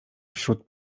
wśród